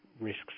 risks